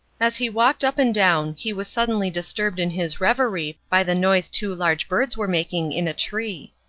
as he walked up and down he was suddenly disturbed in his reverie by the noise two large birds were making in a tree.